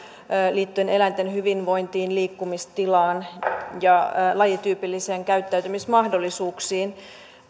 liittyen eläinten hyvinvointiin liikkumistilaan ja lajityypillisiin käyttäytymismahdollisuuksiin